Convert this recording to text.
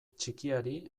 txikiari